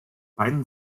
beiden